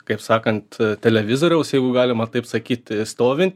kaip sakant televizoriaus jeigu galima taip sakyt stovint